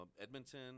Edmonton